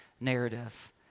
narrative